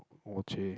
oh !chey!